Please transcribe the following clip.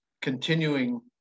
continuing